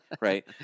right